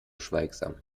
schweigsam